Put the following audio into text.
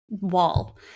wall